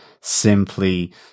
simply